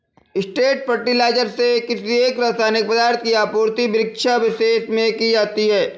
straight fertiliser से किसी एक रसायनिक पदार्थ की आपूर्ति वृक्षविशेष में की जाती है